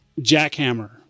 jackhammer